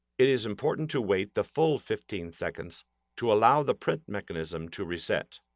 it is important to wait the full fifteen seconds to allow the print mechanism to reset.